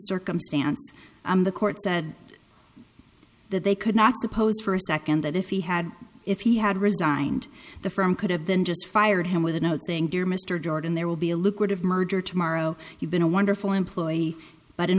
circumstance the court said that they could not suppose for a second that if he had if he had resigned the firm could have then just fired him with a note saying dear mr jordan there will be a lucrative merger tomorrow you've been a wonderful employee but in